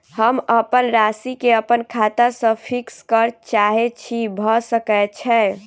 हम अप्पन राशि केँ अप्पन खाता सँ फिक्स करऽ चाहै छी भऽ सकै छै?